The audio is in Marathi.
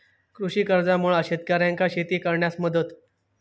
कृषी कर्जामुळा शेतकऱ्यांका शेती करण्यास मदत